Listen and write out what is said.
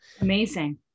Amazing